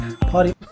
Party